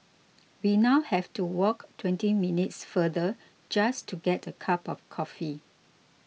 we now have to walk twenty minutes farther just to get a cup of coffee